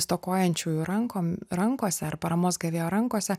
stokojančiųjų rankom rankose ar paramos gavėjo rankose